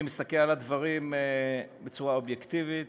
אני מסתכל על הדברים בצורה אובייקטיבית,